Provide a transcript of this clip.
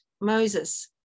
Moses